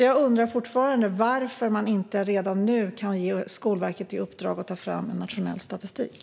Jag undrar fortfarande: Varför kan man inte redan nu ge Skolverket i uppdrag att ta fram nationell statistik?